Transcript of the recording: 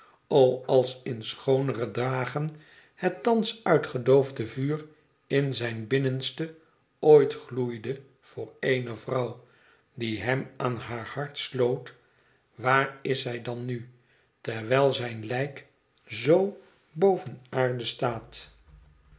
als in schoonere dagen het thans uitgedoofde vuur in zijn binnenste ooit gloeide voor ééne vrouw die hem aan haar hart sloot waar is zij dan nu terwijl zijn lijk zoo boven aarde staat